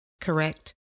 Correct